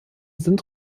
sind